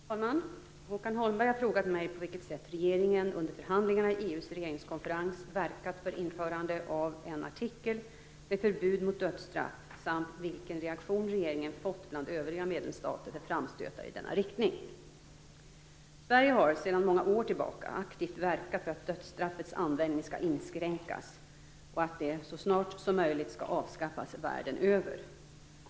Fru talman! Håkan Holmberg har frågat mig på vilket sätt regeringen under förhandlingarna i EU:s regeringskonferens verkat för införande av en artikel med förbud mot dödsstraff samt vilken reaktion regeringen har fått bland övriga medlemsstater för framstötar i denna riktning. Sverige har sedan många år tillbaka aktivt verkat för att dödsstraffets användning skall inskränkas och för att det så snart som möjligt skall avskaffas världen över.